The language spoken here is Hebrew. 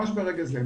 ממש ברגע זה,